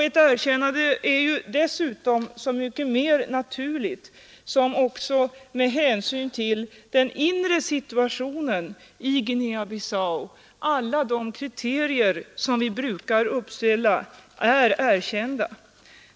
Ett erkännande är dessutom så mycket mer naturligt som också med hänsyn till den inre situationen i Guniea-Bissau alla de kriterier som vi brukar uppställa är uppfyllda.